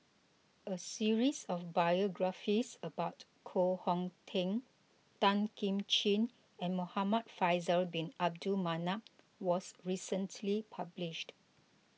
a series of biographies about Koh Hong Teng Tan Kim Ching and Muhamad Faisal Bin Abdul Manap was recently published